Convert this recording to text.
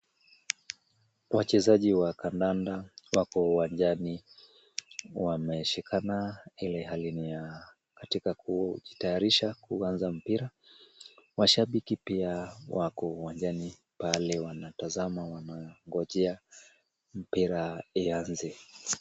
Wachezaji wa kandanda wapo uwanjani. Wameshikana ile hali ni ya katika kujitayarisha kuanza mpira. Washabiki pia wako uwanjani pale wanatazama, wanangojea mpira ianze.